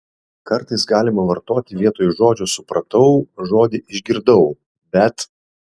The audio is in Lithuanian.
kartais galima vartoti vietoj žodžio supratau žodį išgirdau bet